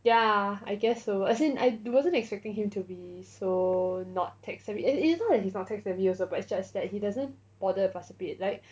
yeah I guess so as in I wasn't expecting him to be so not tech savvy it's not like he is not tech savvy also it's just that he doesn't bother to participate like